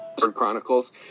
Chronicles